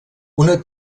una